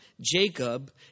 Jacob